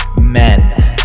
men